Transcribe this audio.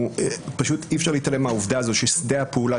ואי-אפשר להתעלם מהעובדה הזאת ששדה הפעולה